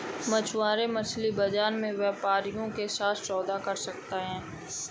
मछुआरे मछली बाजार में व्यापारियों के साथ सौदा कर सकते हैं